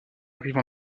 arrive